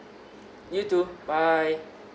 you too bye